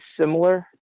similar